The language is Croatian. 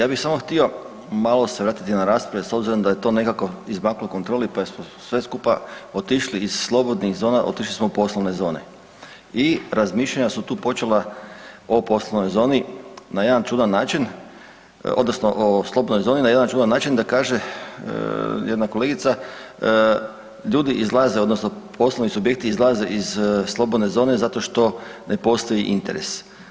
Ja bih samo htio malo se vratiti na raspravu s obzirom da je to nekako izmaklo kontroli pa smo svi skupa otišli iz slobodnih zona, otišli smo u poslovne zone i razmišljanja su tu počela o poslovnoj zoni na jedan čudan način odnosno o slobodnoj zoni na jedan čudan način da kaže jedna kolegica, ljudi izlaze odnosno poslovni subjekti izlaze iz slobodne zone zato što ne postoji interes.